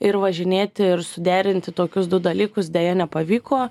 ir važinėti ir suderinti tokius du dalykus deja nepavyko